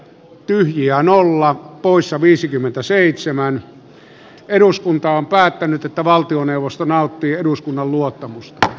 pöytäkirjaan merkitään miten kukin edustaja on päättänyt että valtioneuvosto nauttia eduskunnan luottamusta